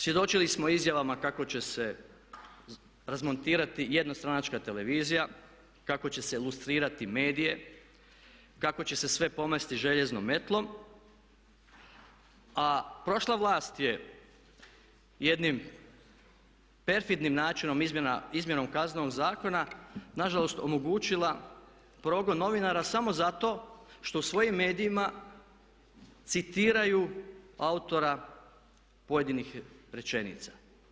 Svjedočili smo izjavama kako će se razmontirati jednostranačka televizija, kako će se lustrirati medije, kako će se sve pomesti željeznom metlom a prošla vlast je jednim perfidnim načinom izmjene Kaznenog zakona nažalost omogućila progon novinara samo zato što u svojim medijima citiraju autora pojedinih rečenica.